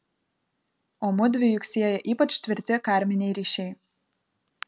o mudvi juk sieja ypač tvirti karminiai ryšiai